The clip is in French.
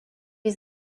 les